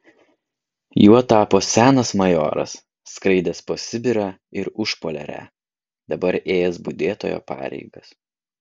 juo tapo senas majoras skraidęs po sibirą ir užpoliarę dabar ėjęs budėtojo pareigas